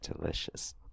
delicious